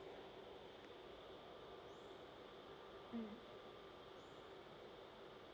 mm